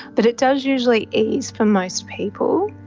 but it does usually ease for most people.